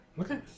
Okay